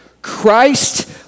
Christ